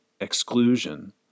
exclusion